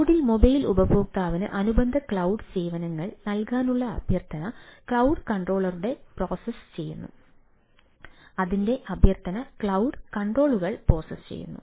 ക്ലൌഡിൽ മൊബൈൽ ഉപയോക്താവിന് അനുബന്ധ ക്ലൌഡ് സേവനങ്ങൾ നൽകാനുള്ള അഭ്യർത്ഥന ക്ലൌഡ് കൺട്രോളറുകൾ പ്രോസസ്സ് ചെയ്യുന്നു